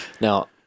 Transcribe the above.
Now